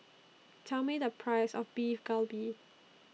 Tell Me The Price of Beef Galbi